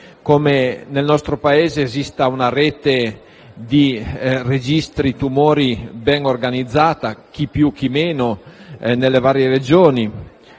come nel nostro Paese esista una rete di registri di tumori ben organizzata (chi più, chi meno) nelle varie Regioni.